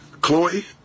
Chloe